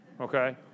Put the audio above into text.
okay